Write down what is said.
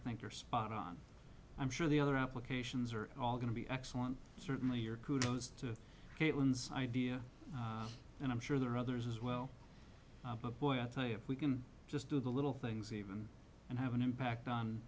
think you're spot on i'm sure the other applications are all going to be excellent certainly your kudos to caitlin's idea and i'm sure there are others as well but boy if we can just do the little things even and have an impact on